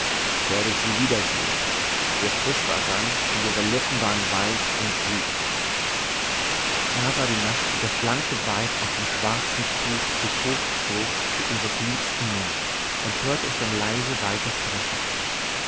werde ich sie wiedersehen ihr kuß war sanft und ihre lippen waren weich und süß da sah die nacht wie das blanke weib aus dem schwarzen tuch sich hochzog zu ihres liebsten mund und hörte es dann leise weiter sprechen